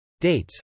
Dates